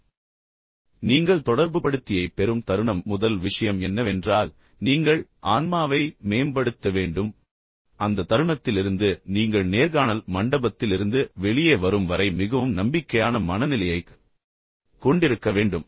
இப்போது நீங்கள் தொடர்புபடுத்தியைப் பெறும் தருணம் முதல் விஷயம் என்னவென்றால் நீங்கள் ஆன்மாவை மேம்படுத்த வேண்டும் அதாவது அந்த தருணத்திலிருந்து நீங்கள் நேர்காணல் மண்டபத்திலிருந்து வெளியே வரும் வரை மிகவும் நம்பிக்கையான மனநிலையைக் கொண்டிருக்க வேண்டும்